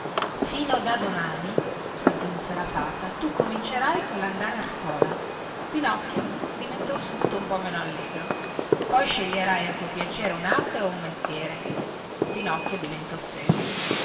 fino da domani soggiunse la fata tu comincerai collandare a scuola pinocchio diventò subito un po meno allegro poi sceglierai a tuo piacere unarte o un mestiere pinocchio diventò serio